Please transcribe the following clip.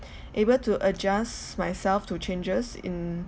able to adjust myself to changes in